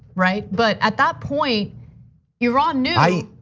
right? but at that point iran knew.